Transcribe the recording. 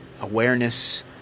awareness